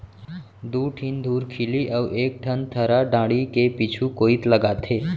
दू ठिन धुरखिली अउ एक ठन थरा डांड़ी के पीछू कोइत लागथे